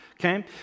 Okay